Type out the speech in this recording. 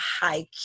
high